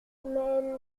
mais